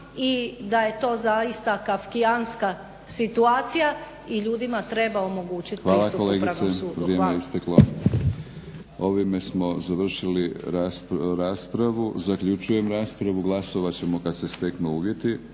i da je to zaista kafkijanska situacija i ljudima treba omogućit pristup upravnom sudu. Hvala. **Batinić, Milorad (HNS)** Hvala kolegice. Vrijeme je isteklo. Ovime smo završili raspravu. Zaključujem raspravu. Glasovat ćemo kad se steknu uvjeti.